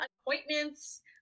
appointments